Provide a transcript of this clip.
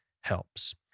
helps